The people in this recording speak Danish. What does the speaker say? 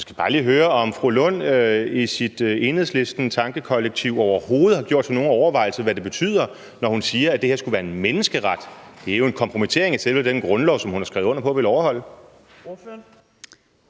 jeg skal bare lige høre, om fru Rosa Lund i sit Enhedslistentankekollektiv overhovedet har gjort sig nogen overvejelse om, hvad det betyder, når hun siger, at det her skulle være en menneskeret. Det er jo en kompromittering af selve den grundlov, som hun har skrevet under på at ville overholde.